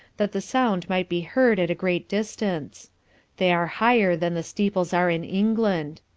that the sound might be heard at a great distance they are higher than the steeples are in england.